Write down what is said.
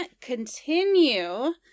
continue